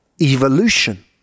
evolution